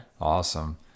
awesome